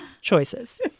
Choices